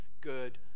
good